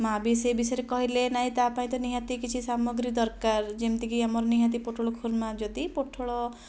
ମା' ବି ସେଇ ବିଷୟରେ କହିଲେ ନାଇଁ ତା ପାଇଁ ତ ନିହାତି କିଛି ସାମଗ୍ରୀ ଦରକାର ଯେମିତିକି ଆମର ନିହାତି ପୋଟଳ ଖୁର୍ମା ଯଦି ପୋଟଳ